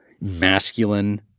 masculine